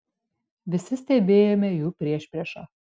visi stebėjome jų priešpriešą